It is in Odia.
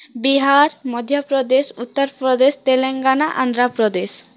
ବିହାର ମଧ୍ୟ ପ୍ରଦେଶ ଉତ୍ତର ପ୍ରଦେଶ ତେଲେଙ୍ଗାନା ଆନ୍ଧ୍ର ପ୍ରଦେଶ